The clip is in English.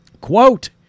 Quote